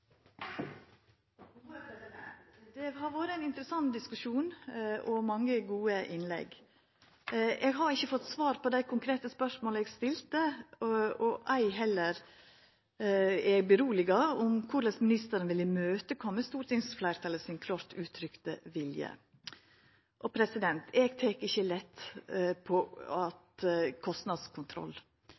interessant diskusjon og mange gode innlegg. Eg har ikkje fått svar på dei konkrete spørsmåla eg stilte, ei heller er eg roa med omsyn til korleis ministeren vil koma stortingsfleirtalet sin klårt uttrykte vilje i møte. Eg tek ikkje lett på kostnadskontroll.